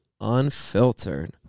unfiltered